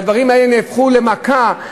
והדברים האלה נהפכו למכה,